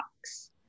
box